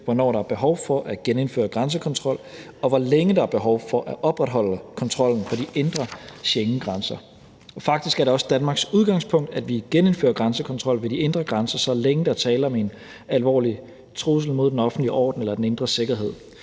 hvornår der er behov for at genindføre grænsekontrol, og hvor længe der er behov for at opretholde kontrollen på de indre Schengengrænser. Faktisk er det også Danmarks udgangspunkt, at vi genindfører grænsekontrol ved de indre grænser, så længe der er tale om en alvorlig trussel mod den offentlige orden eller den indre sikkerhed,